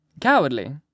Cowardly